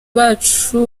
bacu